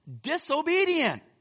disobedient